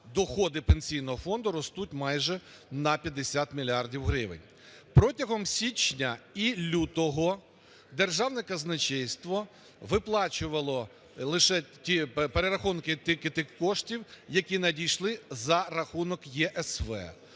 доходи Пенсійного фонду ростуть майже на 50 мільярдів гривень. Протягом січня і лютого Державне казначейство виплачувало перерахунки тільки тих коштів, які надійшли за рахунок ЄСВ.